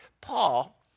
Paul